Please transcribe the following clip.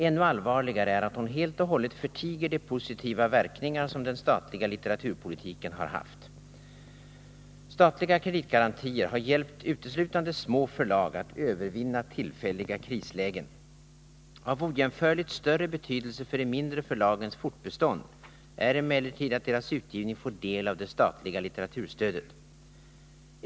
Ännu allvarligare är att hon helt och hållet förtiger de positiva verkningarna som den statliga litteraturpolitiken har haft. Statliga kreditgarantier har hjälpt uteslutande små förlag att övervinna tillfälliga krislägen. Av ojämförligt större betydelse för de mindre förlagens fortbestånd är emellertid att deras utgivning får del av det statliga litteraturstödet.